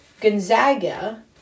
Gonzaga